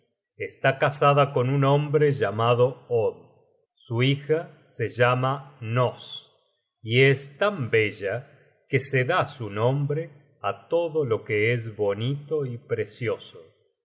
está casada con un hombre llamado od su hija se llama hnoss y es tan bella que se da su nombre a todo lo que es bonito y precioso